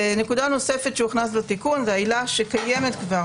נקודה נוספת שהוכנסה לתיקון זו העילה שקיימת כבר